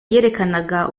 yerekanaga